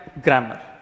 grammar